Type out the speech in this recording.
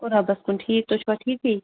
شُکُر رۄبس کُن ٹھیٖک تُہۍ چھُوا ٹھیٖکھٕے